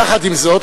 יחד עם זאת,